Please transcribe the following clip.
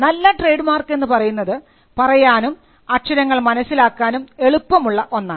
നല്ല trademark എന്ന് പറയുന്നത് പറയാനും അക്ഷരങ്ങൾ മനസ്സിലാക്കാനും എളുപ്പമുള്ള ഒന്നാണ്